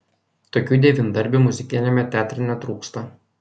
tokių devyndarbių muzikiniame teatre netrūksta